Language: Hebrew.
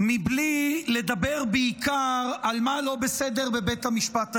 בלי לדבר בעיקר על מה לא בסדר בבית המשפט העליון.